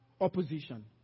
opposition